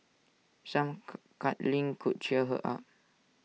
some cuddling could cheer her up